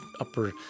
upper